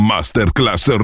Masterclass